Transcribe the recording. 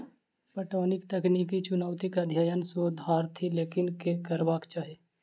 पटौनीक तकनीकी चुनौतीक अध्ययन शोधार्थी लोकनि के करबाक चाही